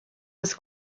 was